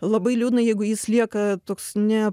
labai liūdna jeigu jis lieka toks ne